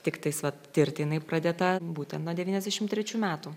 tiktais vat tirti jinai pradėta būtent nuo devyniasdešim trečių metų